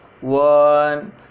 one